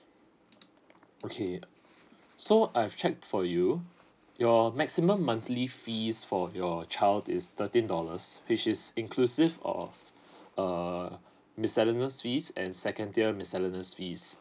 okay so I've checked for you your maximum monthly fees for your child is thirteen dollars which is inclusive of err miscellaneous fees and second tier miscellaneous fees